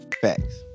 facts